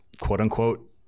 quote-unquote